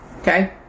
Okay